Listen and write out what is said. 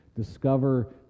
Discover